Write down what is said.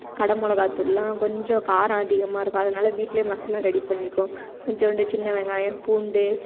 கடை மிளகாத்தூள்லாம் கொஞ்சம் காரம் அதிகமாக இருக்கும் அதனால் வீட்டிலே மசாலா ரெடி பண்ணிக்குவோம் கொஞ்சண்டு சின்ன வெங்காயம் பூண்டு